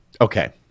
Okay